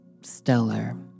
stellar